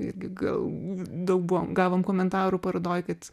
irgi gal daubų gavome komentarų parodoje kad